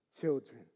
children